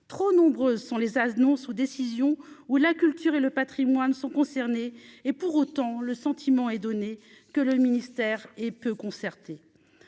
trop nombreux sont les annonces ou décisions ou la culture et le Patrimoine sont concernés et pour autant, le sentiment est donné que le ministère et peu concertée,